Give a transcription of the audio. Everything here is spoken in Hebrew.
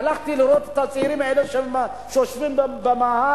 הלכתי לראות את הצעירים האלה שיושבים במאהל.